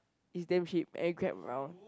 is damn cheap and Grab around